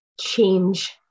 change